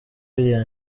biriya